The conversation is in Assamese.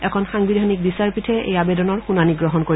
এখন সাংবিধানিক বিচাপৰীঠে এই আবেদনৰ শুনানি গ্ৰহণ কৰিব